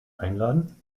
einladen